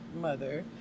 mother